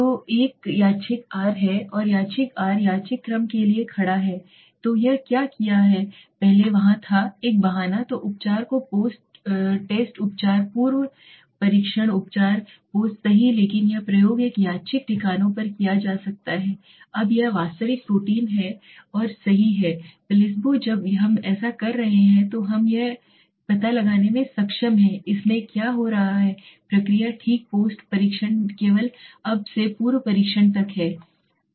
तो एक यादृच्छिक r है यादृच्छिक r यादृच्छिक क्रम के लिए खड़ा है तो यह क्या किया है पहले वहाँ था एक बहाना तो उपचार तो पोस्टटैस्ट उपचार पूर्व परीक्षण उपचार पोस्ट सही लेकिन यह प्रयोग एक यादृच्छिक ठिकानों पर किया जा सकता है अब यह वास्तविक प्रोटीन है और यही है प्लेसबो जब हम ऐसा कर रहे हैं तो हम यह पता लगाने में सक्षम हैं कि इसमें क्या हो रहा है प्रक्रिया ठीक पोस्ट परीक्षण केवल अब कि पूर्व परीक्षण था